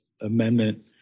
amendment